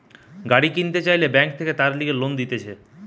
গাড়ি কিনতে চাইলে বেঙ্ক থাকে তার লিগে লোন দিতেছে